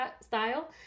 style